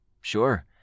sure